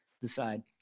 decide